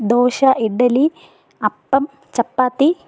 dosa idli appam ചപ്പാത്തി